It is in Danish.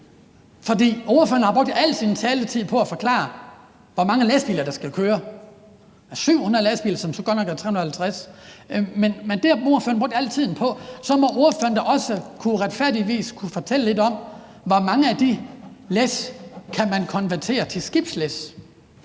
For ordføreren har brugt al sin taletid på at forklare, hvor mange lastbiler der skal køre – 700 lastbiler, som så godt nok er 350. Det har ordføreren brugt al tiden på, og så må ordføreren da retfærdigvis også kunne fortælle lidt om, hvor mange af de læs man kan konvertere til skibslæs.